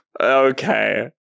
Okay